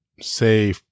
say